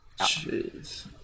jeez